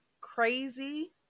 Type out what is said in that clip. crazy